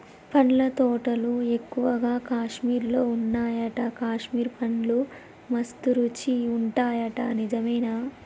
పండ్ల తోటలు ఎక్కువగా కాశ్మీర్ లో వున్నాయట, కాశ్మీర్ పండ్లు మస్త్ రుచి ఉంటాయట నిజమేనా